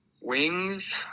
Wings